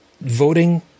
Voting